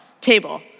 table